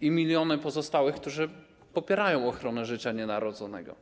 i miliony pozostałych, którzy popierają ochronę życia nienarodzonego.